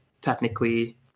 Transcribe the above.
technically